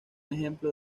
ejemplo